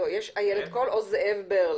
או זאב ברל?